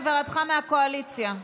חברת הכנסת שיר סגמן, תודה.